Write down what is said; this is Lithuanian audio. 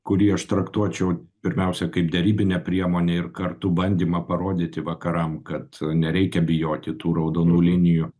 kurį aš traktuočiau pirmiausia kaip derybinę priemonę ir kartu bandymą parodyti vakaram kad nereikia bijoti tų raudonų linijų